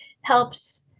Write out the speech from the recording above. helps